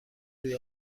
روی